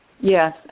Yes